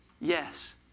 Yes